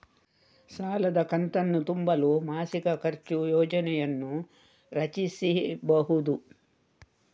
ಸಾಲದ ಕಂತನ್ನು ತುಂಬಲು ಮಾಸಿಕ ಖರ್ಚು ಯೋಜನೆಯನ್ನು ರಚಿಸಿಬಹುದು